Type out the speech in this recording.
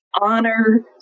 honor